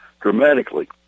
dramatically